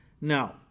now